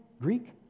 Greek